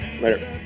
Later